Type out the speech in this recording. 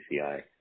PCI